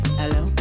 hello